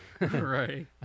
Right